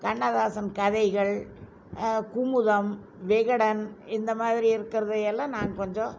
கண்ணதாசன் கதைகள் குமுதம் விகடன் இந்த மாதிரி இருக்கிறதையெல்லாம் நாங்கள் கொஞ்சம்